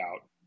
out